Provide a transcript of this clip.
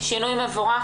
שהוא שינוי מבורך,